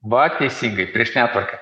va teisingai prieš netvarką